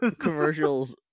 commercials